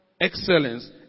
excellence